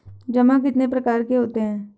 जमा कितने प्रकार के होते हैं?